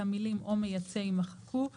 המילים "או מייצא" יימחקו;